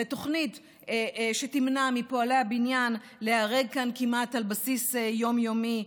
לתוכנית שתמנע מפועלי הבניין להיהרג כאן על בסיס כמעט יום-יומי,